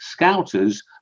scouters